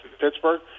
Pittsburgh